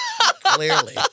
Clearly